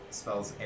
spell's